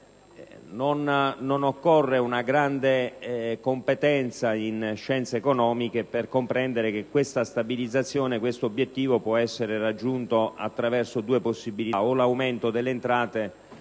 non occorre una grande competenza in scienze economiche per comprendere che questo obiettivo di stabilizzazione può essere raggiunto attraverso due possibilità: l'aumento delle entrate